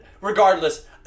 Regardless